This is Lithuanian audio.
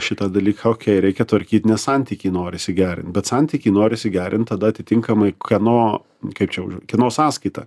šitą dalyką okei reikia tvarkyt nes santykį norisi gerinti bet santykį norisi gerinti tada atitinkamai kieno kaip čia mažd kieno sąskaita